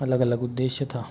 अलग अलग उद्देश्य था